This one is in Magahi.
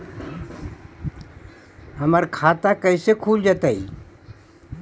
हमर खाता कैसे खुल जोताई?